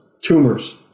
tumors